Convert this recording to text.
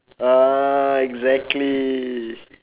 ah exactly